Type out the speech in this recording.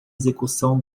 execução